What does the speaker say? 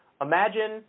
Imagine